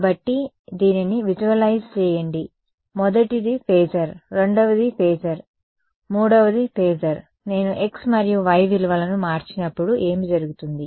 కాబట్టి ఈదీనిని విజువలైజ్ చేయండి మొదటిది ఫేజర్ రెండవది ఫేజర్ మూడవది ఫేజర్ నేను x మరియు y విలువలను మార్చినప్పుడు ఏమి జరుగుతుంది